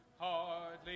Hardly